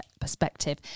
perspective